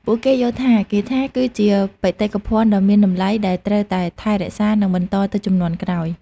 ពួកគេយល់ថាគាថាគឺជាបេតិកភណ្ឌដ៏មានតម្លៃដែលត្រូវតែថែរក្សានិងបន្តទៅជំនាន់ក្រោយ។